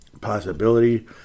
possibility